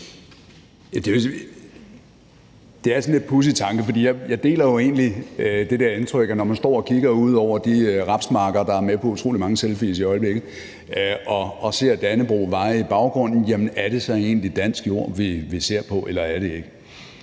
Det er sådan en lidt pudsig tanke, for jeg deler jo egentlig det der indtryk, at når vi står og kigger ud over de rapsmarker, der er med på utrolig mange selfies i øjeblikket, og ser dannebrog vaje i baggrunden, så tænker vi, om det så egentlig er dansk jord, vi ser på, eller det ikke